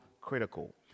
critical